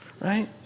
right